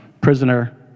prisoner